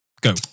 Go